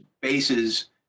bases